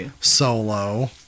solo